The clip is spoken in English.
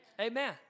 amen